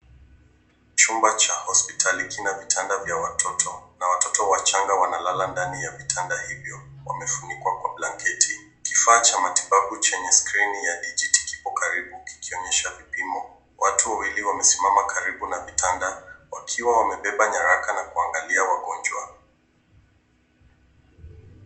Chumba cha hospitali kina vitanda vya watoto na watoto wachanga wanalala ndani ya vitanda hivyo wamefunikwa kwa blanketi. Kifaa cha matibabu chenye skrini ya dijiti kipo karibu kikionyesha vipimo. Watu wawili wamesimama karibu na vitanda wakiwa wamebeba nyaraka na kuangalia wagonjwa.